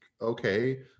okay